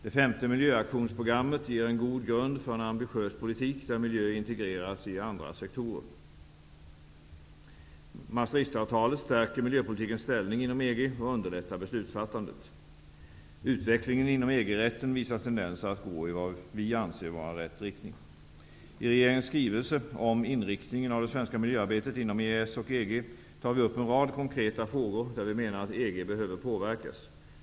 Det femte miljöaktionsprogrammet ger en god grund för en ambitiös politik där miljö integreras i andra sektorer. Maastrichtavtalet stärker miljöpolitikens ställning inom EG och underlättar beslutsfattandet. Utvecklingen inom EG-rätten visar tendenser att gå i vad vi anser vara rätt riktning. I regeringens skrivelse om inriktningen av det svenska miljöarbetet inom EES och EG tar vi upp en rad konkreta frågor, där vi menar att EG behöver påverkas.